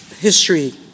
history